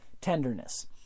tenderness